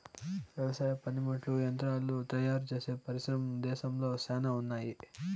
వ్యవసాయ పనిముట్లు యంత్రాలు తయారుచేసే పరిశ్రమలు దేశంలో శ్యానా ఉన్నాయి